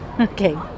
Okay